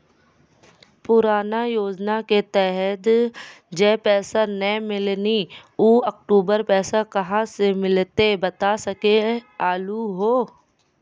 पुराना योजना के तहत जे पैसा नै मिलनी ऊ अक्टूबर पैसा कहां से मिलते बता सके आलू हो?